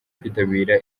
kwitabira